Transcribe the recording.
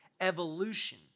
evolution